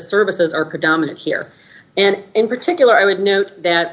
services are predominant here and in particular i would note that